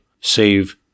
save